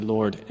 Lord